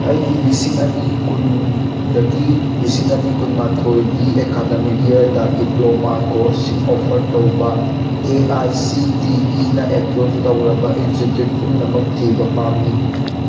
ꯑꯩꯒꯤ ꯂꯤꯁꯤꯡ ꯑꯅꯤ ꯀꯨꯟꯗꯒꯤ ꯂꯤꯁꯤꯡ ꯑꯅꯤ ꯀꯨꯟꯃꯥꯊꯣꯏꯒꯤ ꯑꯦꯀꯥꯗꯃꯤꯛ ꯏꯌꯥꯔꯗ ꯗꯤꯄ꯭ꯂꯣꯃꯥ ꯀꯣꯔꯁꯁꯤꯡ ꯑꯣꯐꯔ ꯇꯧꯕ ꯑꯦ ꯑꯥꯏ ꯁꯤ ꯇꯤ ꯏꯅ ꯑꯦꯄ꯭ꯔꯨꯚ ꯇꯧꯔꯕ ꯏꯟꯁꯇꯤꯇ꯭ꯌꯨꯠ ꯄꯨꯝꯅꯃꯛ ꯊꯤꯕ ꯄꯥꯝꯃꯤ